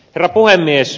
herra puhemies